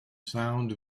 sound